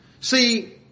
See